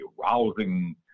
rousing